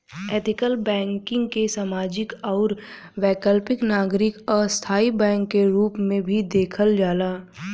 ethical banking के सामाजिक आउर वैकल्पिक नागरिक आ स्थाई बैंक के रूप में भी देखल जाला